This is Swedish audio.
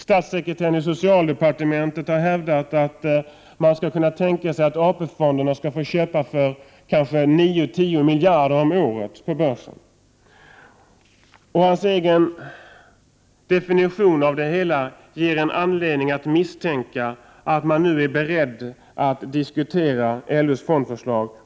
Statssekreteraren i socialdepartementet har hävdat att det går att tänka sig att AP-fonderna skall få köpa för kanske 9—10 miljarder kronor om året på börsen. Finansministerns egen definition av det hela ger anledning att misstänka att man nu är beredd att diskutera LO:s fondförslag.